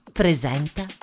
presenta